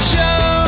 Show